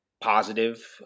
positive